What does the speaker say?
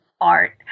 art